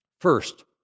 First